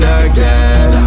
again